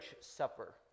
supper